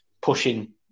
pushing